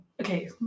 okay